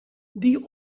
die